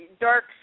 dark